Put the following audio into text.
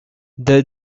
they